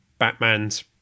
Batmans